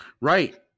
Right